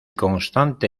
constante